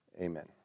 amen